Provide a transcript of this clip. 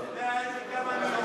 אתה יודע איזה, כמה אני יורק,